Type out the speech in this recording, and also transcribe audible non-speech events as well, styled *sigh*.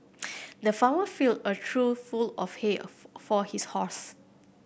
*noise* the farmer filled a trough full of hay for his horse